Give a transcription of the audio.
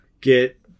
get